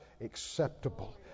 acceptable